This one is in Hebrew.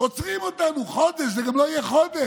עוצרים אותנו חודש, וזה גם לא יהיה חודש.